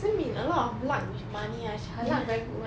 si min a lot of luck with money ah her luck very good [one]